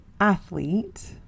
ATHLETE